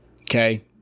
Okay